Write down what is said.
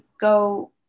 go